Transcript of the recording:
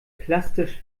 plastisch